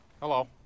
hello